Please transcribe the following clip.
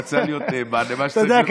רצה להיות נאמן למה שצריך להיות באופוזיציה.